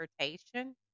transportation